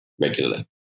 regularly